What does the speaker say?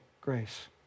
Grace